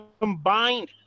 combined